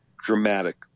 dramatic